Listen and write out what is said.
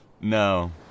No